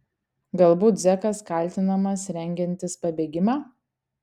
galbūt zekas kaltinamas rengiantis pabėgimą